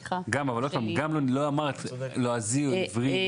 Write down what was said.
גם, עוד פעם, לא אמרת לועזי או עברי.